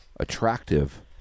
attractive